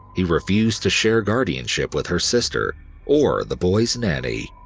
he refused to share guardianship with her sister or the boys' nanny.